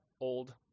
old